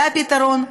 זה הפתרון,